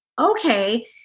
okay